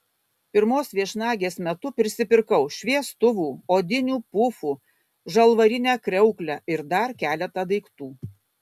pirmos viešnagės metu prisipirkau šviestuvų odinių pufų žalvarinę kriauklę ir dar keletą daiktų